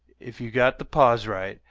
if you've got the pause right,